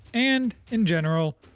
and, in general,